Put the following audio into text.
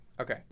okay